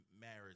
marriage